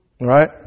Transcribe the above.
Right